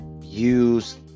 use